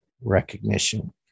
recognition